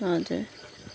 हजुर